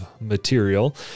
material